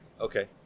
Okay